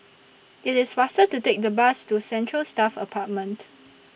IT IS faster to Take The Bus to Central Staff Apartment